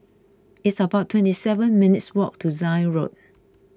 it's about twenty seven minutes' walk to Zion Road